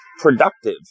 productive